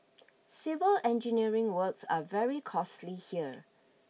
civil engineering works are very costly here